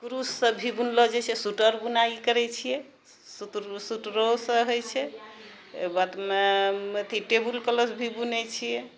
कुरूससँ भी बुनलो जाइ छै सुटर बुनाइ करै छियै सुटरोसँ हय छै बादमे अथी टेबल क्लॉथ भी बुनै छियै